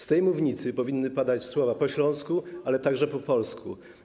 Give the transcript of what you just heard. Z tej mównicy powinny padać słowa po śląsku, ale także po polsku.